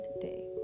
day